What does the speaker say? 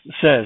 says